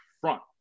front